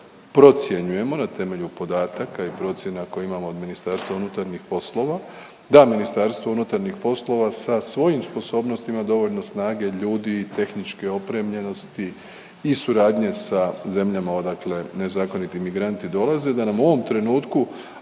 procjenjujemo na temelju podataka i procjena koje imamo od MUP-a da MUP sa svojim sposobnostima, dovoljno snage, ljudi, tehničke opremljenosti i suradnje sa zemljama odakle nezakoniti migranti dolaze, da nam u ovom trenutku